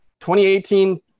2018